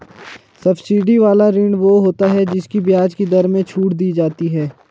subsidy वाला ऋण वो होता है जिसकी ब्याज की दर में छूट दी जाती है